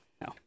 No